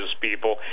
people